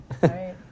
Right